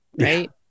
right